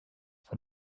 von